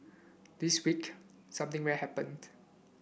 this week something rare happened